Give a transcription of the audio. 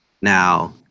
Now